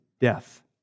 death